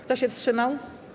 Kto się wstrzymał?